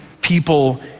people